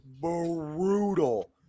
brutal